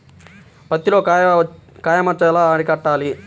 పత్తిలో కాయ మచ్చ ఎలా అరికట్టాలి?